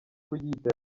kuyita